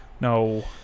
no